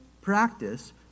practice